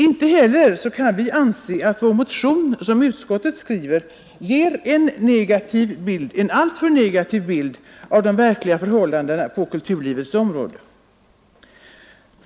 Inte heller anser jag att vår motion, såsom utskottet skriver, ger en negativ bild av de verkliga förhållandena på kulturlivets område.